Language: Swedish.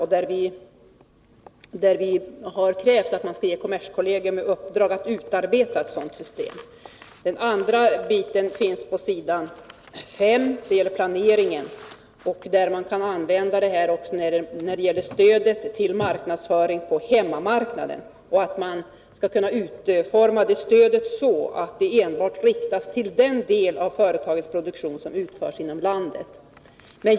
Vi har där krävt att regeringen skall ge kommerskollegium i uppdrag att utarbeta ett sådant system. Den andra biten gäller planeringen och finns på s. 5 i motionen. Det gäller stödet till marknadsföring på hemmamarknaden. Man skall kunna utforma det stödet så, att det enbart riktas till den del av företagens produktion som utförs inom landet.